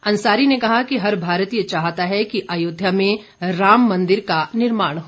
अंसारी ने कहा कि हर भारतीय चाहता है कि अयोध्या में राम मंदिर का निर्माण हो